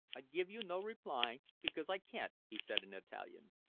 i give you no reply, because i can't, he said in italian.